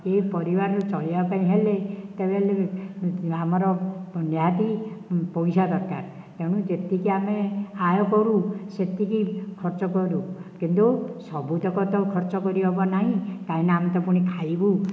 ଏ ପରିବାର ଚଳିବା ପାଇଁ ହେଲେ ତା'ହେଲେ ଆମର ନିହାତି ପଇସା ଦରକାର ତେଣୁ ଯେତିକି ଆମେ ଆୟ କରୁ ସେତିକି ଖର୍ଚ୍ଚ କରୁ କିନ୍ତୁ ସବୁତକ ତ ଖର୍ଚ୍ଚ କରିହେବ ନାହିଁ କାହିଁକି ନା ଆମେ ତ ପୁଣି ଖାଇବୁ